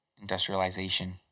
industrialization